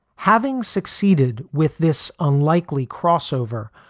having succeeded with this unlikely crossover.